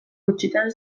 gutxitan